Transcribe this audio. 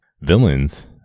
villains